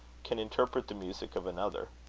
can interpret the music of another.